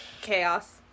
Chaos